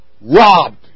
robbed